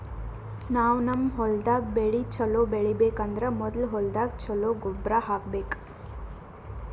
ನಾವ್ ನಮ್ ಹೊಲ್ದಾಗ್ ಬೆಳಿ ಛಲೋ ಬೆಳಿಬೇಕ್ ಅಂದ್ರ ಮೊದ್ಲ ಹೊಲ್ದಾಗ ಛಲೋ ಗೊಬ್ಬರ್ ಹಾಕ್ಬೇಕ್